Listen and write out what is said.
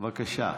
בבקשה.